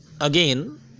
Again